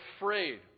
afraid